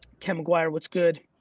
ken mcguire, what's good?